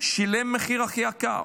שילם את המחיר הכי יקר,